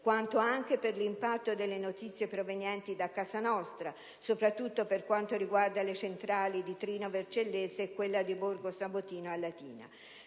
quanto anche per l'impatto delle notizie provenienti da casa nostra, soprattutto per quanto riguarda le centrali di Trino Vercellese e quella di Borgo Sabotino, vicino